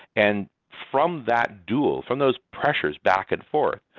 and from that duel, from those pressures back and forth,